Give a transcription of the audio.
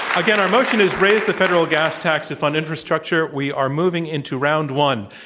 again, our motion is raise the federal gas tax to fund infrastructure. we are moving into round one.